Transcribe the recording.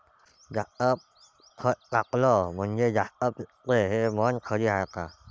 जास्त खत टाकलं म्हनजे जास्त पिकते हे म्हन खरी हाये का?